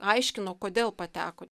aiškino kodėl pateko